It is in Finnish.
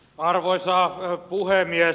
arvoisa puhemies